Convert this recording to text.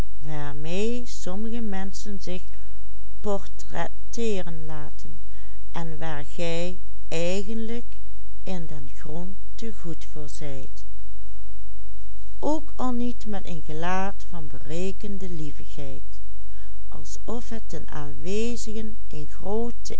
in den grond te goed voor zijt ook al niet met een gelaat van berekende lievigheid alsof het den aanwezigen een groote